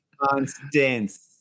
Constance